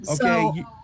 okay